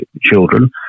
children